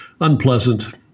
unpleasant